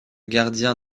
gardien